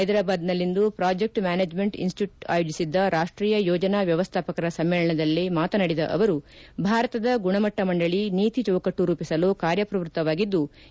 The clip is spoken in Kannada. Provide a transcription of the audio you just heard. ಹೈದರಾಬಾದಿನಲ್ಲಿಂದು ಪ್ರಾಜೆಕ್ಟ್ ಮ್ಯಾನೇಜ್ಜೆಂಟ್ ಇನ್ಸ್ಟಿಟ್ಟೂಟ್ ಆಯೋಜಿಸಿದ್ದ ರಾಷ್ಷೀಯ ಯೋಜನಾ ವ್ಯವಸ್ಟಾಪಕರ ಸಮ್ನೇಳನದಲ್ಲಿ ಮಾತನಾಡಿದ ಅವರು ಭಾರತದ ಗುಣಮಟ್ಟ ಮಂಡಳ ನೀತಿ ಚೌಕಟ್ಟು ರೂಪಿಸಲು ಕಾರ್ಯಪ್ರವೃತ್ತವಾಗಿದ್ಲು